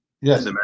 Yes